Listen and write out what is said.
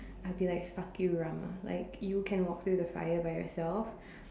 I'll be like fuck you Rama like you can walk through the fire by yourself